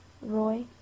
Roy